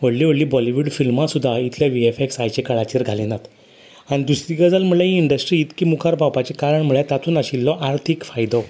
व्हडली व्हडली बॉलिवूड फिल्मां सुद्दां इतले व्ही एफ एक्स आयच्या काळाचेर घालिनात आनी दुसरी गजाल म्हणल्यार ही इंडस्ट्री इतली मुखार पावपाचें कारण म्हणल्यार तातून आशिल्लो आर्थीक फायदो